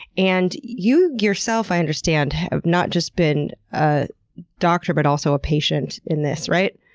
and you yourself, i understand, have not just been a doctor, but also a patient in this, right?